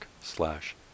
slash